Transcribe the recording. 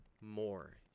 more